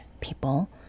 people